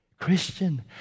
Christian